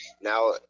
now